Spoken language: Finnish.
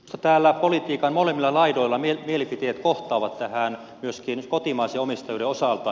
täällä politiikan molemmilla laidoilla mielipiteet kohtaavat myöskin kotimaisen omistajuuden osalta